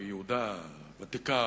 ביהודה העתיקה,